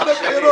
אז מה?